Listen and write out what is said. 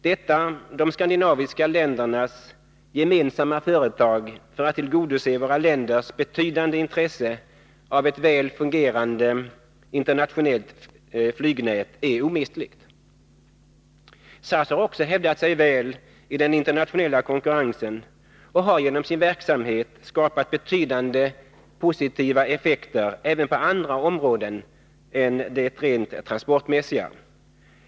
Detta de skandinaviska ländernas gemensamma företag för att tillgodose våra länders betydande intresse av ett väl fungerande internationellt flygnät är omistligt. SAS har också hävdat sig väl i den internationella konkurrensen och har genom sin verksamhet skapat betydande positiva effekter även på andra områden än det rent transportmässiga.